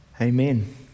Amen